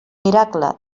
miracle